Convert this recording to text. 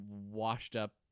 washed-up